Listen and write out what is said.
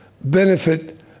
benefit